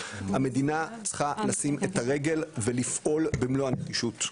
המדינה צריכה לשים את הרגל ולפעול במלוא הנחישות.